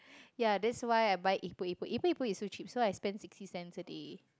ya that's why I buy epok epok epok epok is so cheap so I spent sixty cents a day